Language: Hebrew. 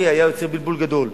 לפי העברי וזה היה יוצר בלבול גדול.